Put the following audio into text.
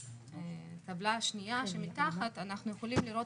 ובטבלה השניה שמתחת אנחנו יכולים לראות